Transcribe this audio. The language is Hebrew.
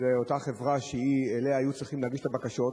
אותה חברה שאליה היו צריכים להגיש את הבקשות,